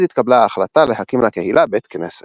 אז התקבלה ההחלטה להקים לקהילה בית כנסת.